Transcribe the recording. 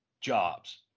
jobs